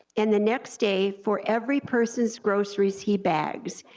and the next day, for every person's groceries he bags,